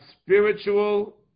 spiritual